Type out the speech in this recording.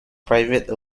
private